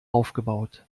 aufgebaut